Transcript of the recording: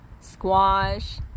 squash